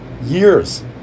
years